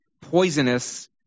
poisonous